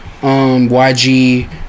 YG